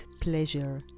pleasure